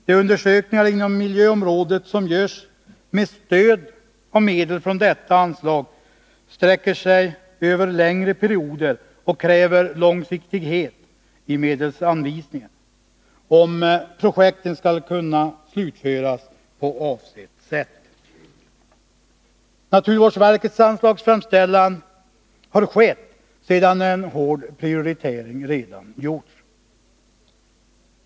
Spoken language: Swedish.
De undersökningar inom miljöområdet som görs med stöd av medel från detta anslag sträcker sig över längre perioder och kräver långsiktighet i medelsanvisningen, om projekten skall kunna slutföras på avsett vis. Naturvårdsverkets anslagsframställan har skett sedan en hård prioritering redan gjorts.